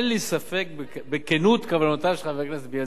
אין לי ספק בכנות כוונותיו של חבר הכנסת בילסקי,